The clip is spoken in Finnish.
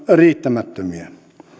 riittämättömiä